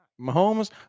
Mahomes